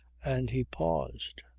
and he paused,